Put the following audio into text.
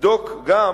לבדוק גם